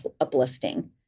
uplifting